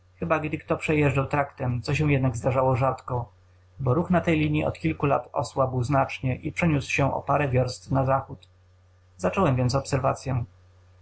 chyba gdy kto przejeżdżał traktem co się jednak zdarzało rzadko bo ruch na tej linii od kilku lat osłabł znacznie i przeniósł się o parę wiorst na zachód zacząłem więc obserwacyę